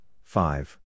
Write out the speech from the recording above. five